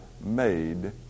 made